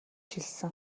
хэлсэн